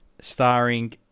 starring